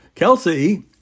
Kelsey